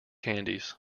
candies